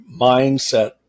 mindset